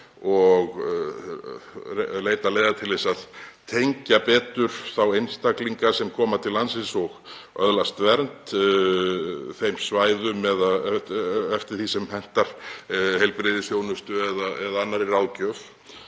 að leita leiða til að tengja betur þá einstaklinga sem koma til landsins og öðlast vernd við sveitarfélögin eða eftir því sem hentar heilbrigðisþjónustu eða annarri ráðgjöf.